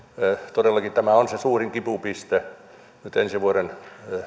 todellakin tämä on se suurin kipupiste nyt ensi vuoden